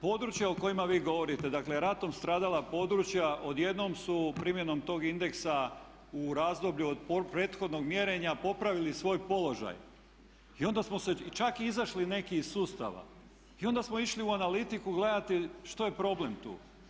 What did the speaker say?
Područja o kojima vi govorite, dakle ratom stradala područja odjednom su primjenom tog indeksa u razdoblju od prethodnog mjerenja popravili svoj položaj i onda smo se, čak i izašli neki iz sustava, i onda smo išli u analitiku gledati što je problem tu.